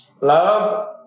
Love